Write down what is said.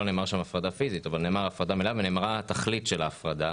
לא נאמר שם הפרדה פיזית אבל נאמר הפרדה מלאה ונאמרה התכלית של ההפרדה.